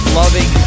loving